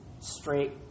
straight